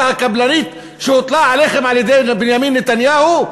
הקבלנית שהוטלה עליכם על-ידי בנימין נתניהו,